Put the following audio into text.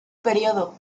periodo